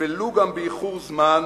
ולו גם באיחור זמן.